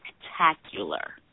spectacular